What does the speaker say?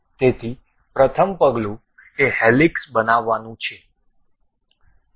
તેથી પ્રથમ પગલું એ હેલિક્સનું બનાવાનું છે